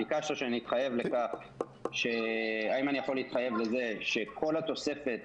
ביקשת שנתחייב לכך שהאם אני יכול להתחייב לזה שכל התוספת